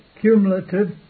cumulative